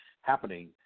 happening